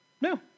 No